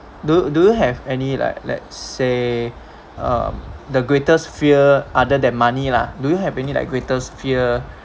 do do you have any like let's say um the greatest fear other than money lah do you have any like greatest fear